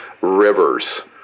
rivers